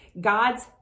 God's